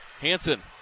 Hanson